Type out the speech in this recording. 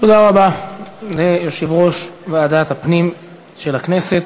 תודה רבה ליושב-ראש ועדת הפנים של הכנסת.